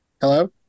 Hello